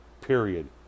Period